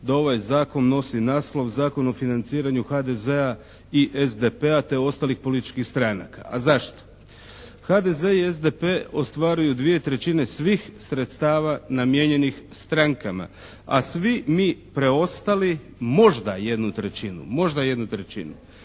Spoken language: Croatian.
da ovaj Zakon nosi naslov Zakon o financiranju HDZ-a i SDP-a, te ostalih političkih stranaka. A zašto? HDZ i SDP ostvaruju dvije trećine svih sredstava namijenjenih strankama, a svi mi preostali možda jednu trećinu. Možda jednu trećinu.